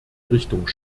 richtung